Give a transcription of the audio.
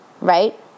right